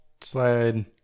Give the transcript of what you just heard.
slide